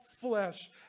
flesh